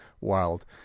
world